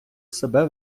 себе